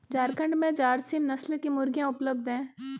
झारखण्ड में झारसीम नस्ल की मुर्गियाँ उपलब्ध है